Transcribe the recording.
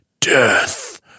Death